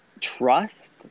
trust